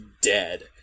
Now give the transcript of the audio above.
dead